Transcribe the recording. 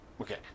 Okay